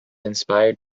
inspired